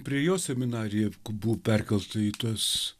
prie jo seminarija buvo perkelta į tas